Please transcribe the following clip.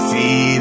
See